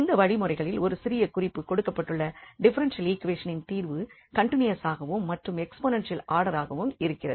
இந்த வழிமுறைகளில் ஒரு சிறு குறிப்பு கொடுக்கப்பட்டுள்ள டிஃபரென்ஷியல் ஈக்வேஷினின் தீர்வு கன்டினியஸ் ஆகவும் மற்றும் எக்ஸ்போனென்ஷியல் ஆர்டராகவும் இருக்கிறது